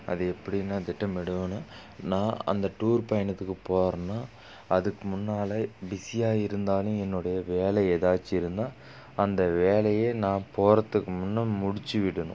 அது எப்படினா திட்டமிடணும் நான் அந்த டூர் பயணத்துக்கு போகிறேனா அதுக்கு முன்னாலே பிஸியாக இருந்தாலும் என்னோடய வேலை ஏதாச்சும் இருந்தால் அந்த வேலையை நான் போறதுக்கு முன்னே முடிச்சு விடணும்